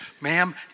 ma'am